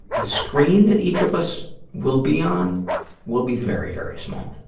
the screen that each of us will be on will be very, very small.